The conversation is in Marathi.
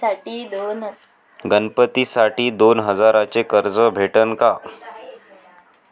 गणपतीसाठी दोन हजाराचे कर्ज भेटन का?